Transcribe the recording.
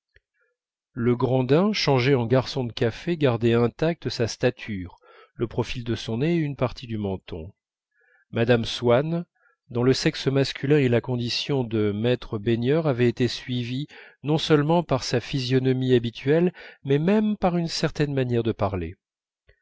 legrandin changé en garçon de café gardait intacts sa stature le profil de son nez et une partie du menton mme swann dans le sexe masculin et la condition de maître baigneur avait été suivie non seulement par sa physionomie habituelle mais même par une certaine manière de parler